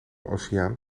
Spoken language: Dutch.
oceaan